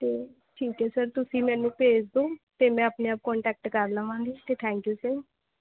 ਅਤੇ ਠੀਕ ਹੈ ਸਰ ਤੁਸੀਂ ਮੈਨੂੰ ਭੇਜ ਦਿਉ ਅਤੇ ਮੈਂ ਆਪਣੇ ਆਪ ਕੋਨਟੈਕਟ ਕਰ ਲਵਾਂਗੀ ਅਤੇ ਥੈਂਕ ਯੂ ਸਰ